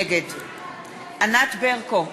נגד ענת ברקו,